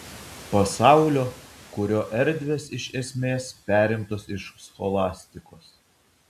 pasaulio kurio erdvės iš esmės perimtos iš scholastikos